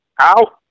out